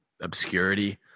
obscurity